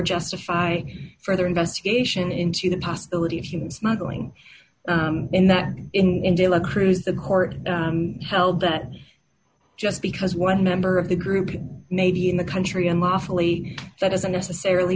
justify further investigation into the possibility of human smuggling in that in india crews the court held that just because one member of the group maybe in the country unlawfully that doesn't necessarily